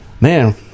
Man